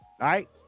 right